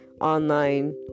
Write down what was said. online